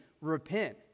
repent